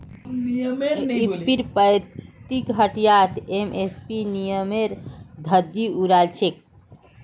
पीरपैंती हटियात एम.एस.पी नियमेर धज्जियां उड़ाई छेक